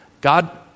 God